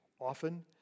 often